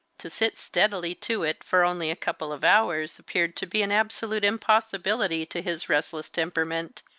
to sit steadily to it for only a couple of hours appeared to be an absolute impossibility to his restless temperament.